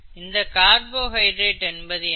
இந்த கார்போஹைட்ரேட் என்பது என்ன